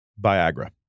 Viagra